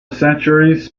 centuries